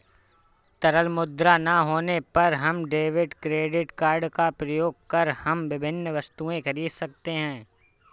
तरल मुद्रा ना होने पर हम डेबिट क्रेडिट कार्ड का प्रयोग कर हम विभिन्न वस्तुएँ खरीद सकते हैं